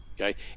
Okay